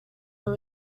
were